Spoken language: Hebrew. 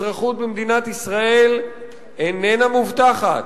אזרחות במדינת ישראל איננה מובטחת,